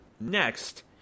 Next